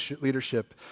leadership